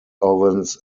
ovens